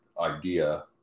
idea